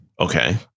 Okay